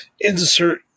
Insert